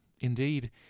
Indeed